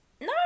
No